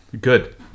Good